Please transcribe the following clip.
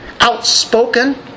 outspoken